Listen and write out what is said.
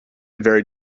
very